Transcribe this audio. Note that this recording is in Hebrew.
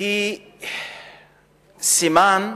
היא סימן,